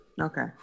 Okay